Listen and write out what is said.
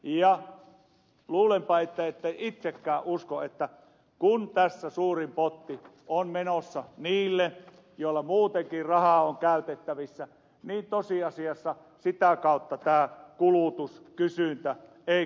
ja luulenpa että ette itsekään usko että kun tässä suurin potti on menossa niille joilla muutenkin rahaa on käytettävissä niin tosiasiassa sitä kautta tämä kulutuskysyntä kasvaisi